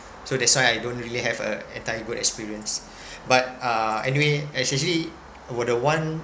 so that's why I don't really have a entire good experience but uh anyway especially oh the one